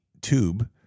tube